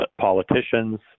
politicians